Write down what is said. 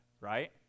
right